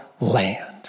land